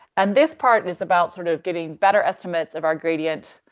and this part is about sort of giving better estimates of our gradient,